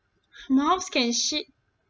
moths can shit